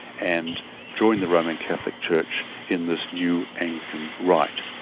and join the roman catholic church in this new anglican rite,